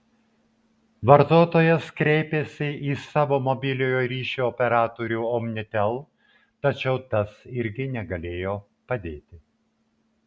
vartotojas kreipėsi į savo mobiliojo ryšio operatorių omnitel tačiau tas irgi negalėjo padėti